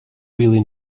really